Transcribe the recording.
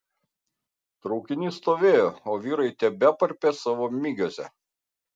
traukinys stovėjo o vyrai tebeparpė savo migiuose